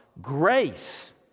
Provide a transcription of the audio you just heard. grace